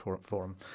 Forum